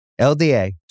LDA